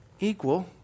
Equal